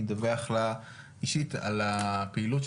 אני אדווח לה אישית על הפעילות,